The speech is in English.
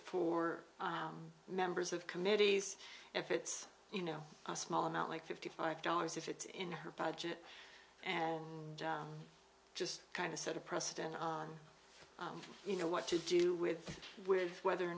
for members of committees if it's you know a small amount like fifty five dollars if it's in her budget and just kind of set a precedent on you know what to do with whether or